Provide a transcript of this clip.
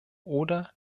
oder